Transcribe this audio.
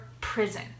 prison